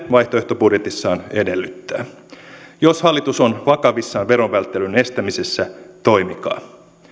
vaihtoehtobudjetissaan edellyttää jos hallitus on vakavissaan verovälttelyn estämisessä toimikaa